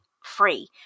free